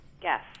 Guess